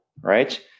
right